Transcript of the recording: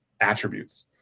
attributes